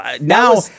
Now